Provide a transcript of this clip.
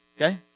Okay